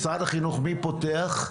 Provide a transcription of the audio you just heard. משרד החינוך, מי פותח?